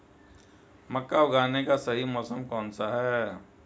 मक्का उगाने का सही मौसम कौनसा है?